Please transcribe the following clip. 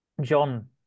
John